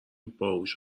باهوش